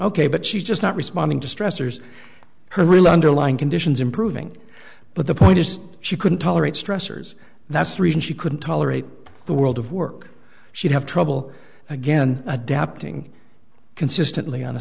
ok but she's just not responding to stressors her real underlying conditions improving but the point is she couldn't tolerate stressors that's reason she couldn't tolerate the world of work she'd have trouble again adapting consistently on a